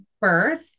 birth